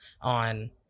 on